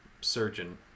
surgeon